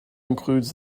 includes